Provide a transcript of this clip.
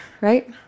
Right